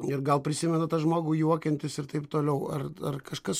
ir gal prisimenat tą žmogų juokiantis ir taip toliau ar ar kažkas